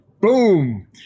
boom